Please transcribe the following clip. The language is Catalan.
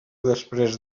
després